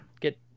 get